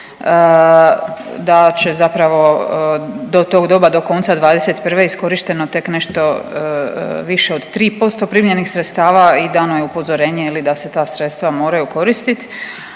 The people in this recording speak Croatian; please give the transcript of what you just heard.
da će zapravo do tog doba do konca 2021. iskorišteno ne nešto više od 3% primljenih sredstava i dano je je upozorenje da se ta sredstva moraju koristiti,